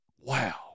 Wow